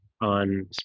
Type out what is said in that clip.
on